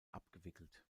abgewickelt